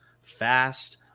fast